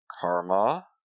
karma